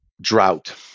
Drought